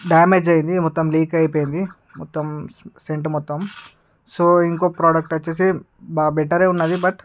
damage అయింది మొత్తం leak అయిపోయింది మొత్తం సెంట్ మొత్తం సో ఇంకో ప్రొడక్ట్ వచ్చేసి బా బెట్టరే ఉన్నది బట్